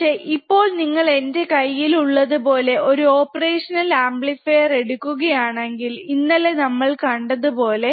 പക്ഷെ ഇപ്പോൾ നിങ്ങൾ എന്റെ കൈയിൽ ഉള്ളതുപോലെ ഒരു ഓപ്പറേഷൻ അമ്പലഫിർ എടുകുകാണെങ്കിൽ ഇന്നലെ നമ്മൾ കണ്ടതുപോലെ